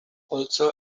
also